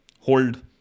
hold